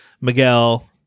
Miguel